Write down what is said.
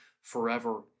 forever